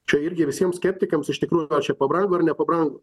čia irgi visiems skeptikams iš tikrųjų gal čia ir pabrango nepabrango